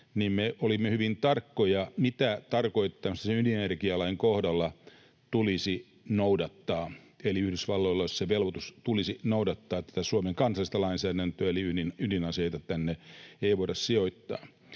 mistä me olimme hyvin tarkkoja, että mitä tarkoittaa esimerkiksi ydinenergialain kohdalla ”tulisi noudattaa”. Eli Yhdysvalloilla olisi velvoite ”tulisi noudattaa” Suomen kansallista lainsäädäntöä, eli ydinaseita tänne ei voida sijoittaa.